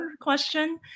question